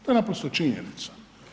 To je naprosto činjenica.